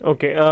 Okay